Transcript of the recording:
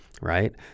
right